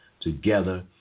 together